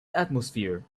atmosphere